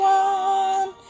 one